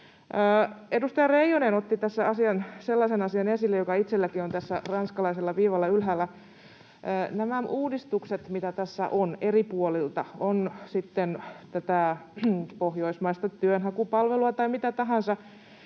Edustaja Reijonen otti tässä esille sellaisen asian, joka itsellänikin on tässä ranskalaisella viivalla ylhäällä. Näillä uudistuksilla, mitä tässä on eri puolilta, on sitten tätä pohjoismaista työnhakupalvelua tai mitä tahansa,